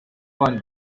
coin